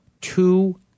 two